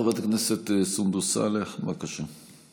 חברת הכנסת סונדוס סאלח, בבקשה.